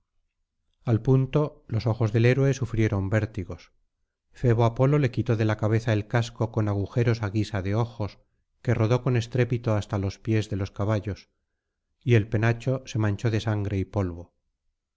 al punto los ojos del héroe sufrieron vértigos febo apolo le quitó de la cabeza el casco con agujeros á guisa de ojos que rodó bon estrépito hasta los pies de los caballos y el penacho se manchó de sangre y polvo